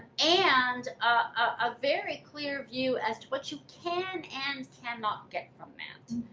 and a very clear view as to what you can and cannot get from that.